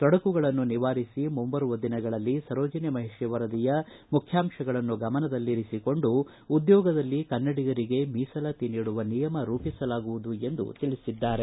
ತೊಡಕುಗಳನ್ನು ನಿವಾರಿಸಿ ಮುಂಬರುವ ದಿನಗಳಲ್ಲಿ ಸರೋಜಿನಿ ಮಹಿಷಿ ವರದಿಯ ಮುಖ್ಯಾಂಶಗಳನ್ನು ಗಮನದಲ್ಲಿರಿಸಿಕೊಂಡು ಉದ್ಯೋಗದಲ್ಲಿ ಕನ್ನಡಿಗರಿಗೆ ಮೀಸಲಾತಿ ನೀಡುವ ನಿಯಮ ರೂಪಿಸಲಾಗುವುದು ಎಂದು ತಿಳಿಸಿದ್ದಾರೆ